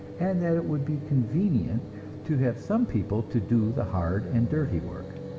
and that it would be convenient to have some people to do the hard and dirty work.